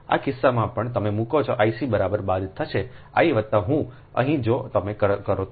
આ કિસ્સામાં પણ તમે મૂકો I c બરાબર બાદ થશે I વત્તા હું અહીં જો તમે કરો તો